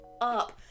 up